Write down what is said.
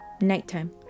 nighttime